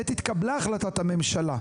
עת התקבלה החלטת הממשלה,